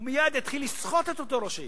הוא מייד יתחיל לסחוט את אותו ראש עיר.